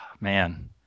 Man